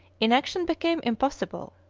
inaction became impossible.